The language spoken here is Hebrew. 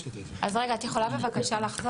רגע, את יכולה בבקשה לחזור?